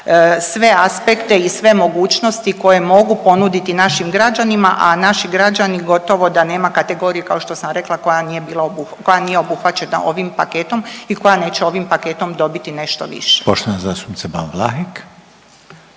sve aspekte i sve mogućnosti koje mogu ponuditi našim građanima, a naši građani gotovo da nema kategorije kao što sam rekla koja nije bila obuhva…, koja nije obuhvaćena ovim paketom i koja neće ovim paketom dobiti nešto više. **Reiner, Željko